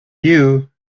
you